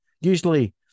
usually